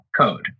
code